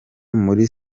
muri